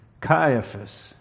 Caiaphas